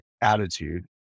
attitude